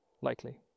likely